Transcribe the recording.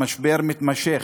המשבר מתמשך.